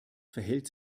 verhält